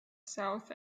south